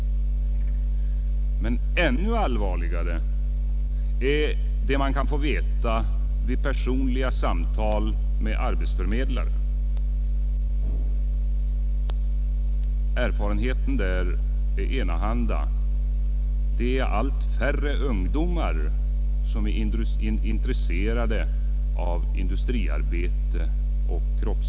Men ännu allvarligare är det man kan få veta vid personliga samtal med arbetsförmedlare. Erfarenheten hos dem är enahanda — det är allt färre ungdomar som är intresserade av industriarbete.